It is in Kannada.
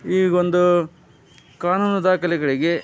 ಈಗೊಂದು ಕಾನೂನು ದಾಖಲೆಗಳಿಗೆ